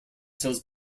sells